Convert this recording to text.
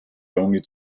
only